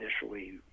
initially